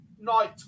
night